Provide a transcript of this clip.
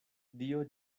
dio